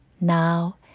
Now